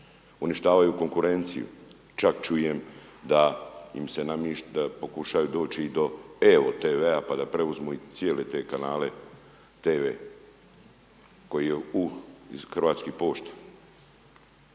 uništavaju konkurenciju, čak čujem da se namješta, pokušavaju doći do EVO TV pa da preuzmu cijele te kanale TV koji je u Hrvatskoj pošti.